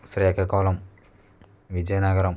Srikakulam Vizianagaram